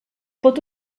pot